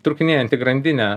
trūkinėjanti grandinė